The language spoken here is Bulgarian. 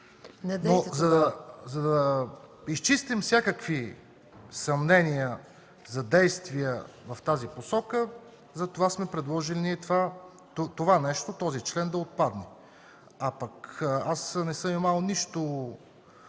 За да изчистим всякакви съмнения за действия в тази посока, затова сме предложили този член да отпадне. Аз не съм имал нищо